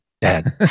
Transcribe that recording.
dad